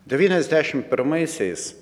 devyniasdešim pirmaisiais